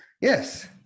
Yes